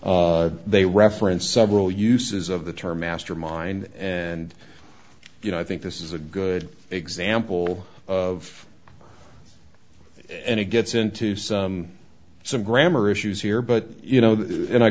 they referenced several uses of the term mastermind and you know i think this is a good example of and it gets into some some grammar issues here but you know